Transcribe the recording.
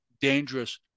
dangerous